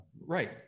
Right